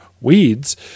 weeds